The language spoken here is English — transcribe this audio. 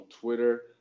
Twitter